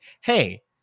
hey